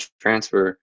transfer